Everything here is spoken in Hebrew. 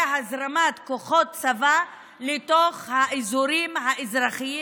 הזרמת כוחות צבא לתוך האזורים האזרחיים,